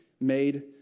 made